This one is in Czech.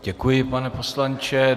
Děkuji, pane poslanče.